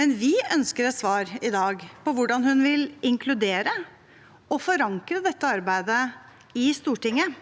men vi ønsker et svar i dag på hvordan hun vil inkludere og forankre dette arbeidet i Stortinget.